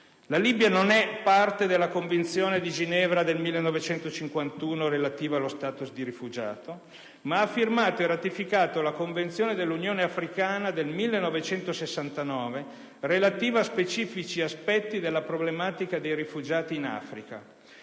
La Libia non è parte della Convenzione di Ginevra del 1951 relativa allo *status* di rifugiato, ma ha firmato e ratificato la Convenzione dell'Unione africana del 1969 relativa a specifici aspetti della problematica dei rifugiati in Africa.